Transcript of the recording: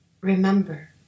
Remember